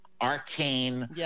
arcane